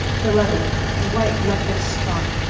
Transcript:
the letter, a white leprous spot,